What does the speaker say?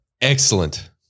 Excellent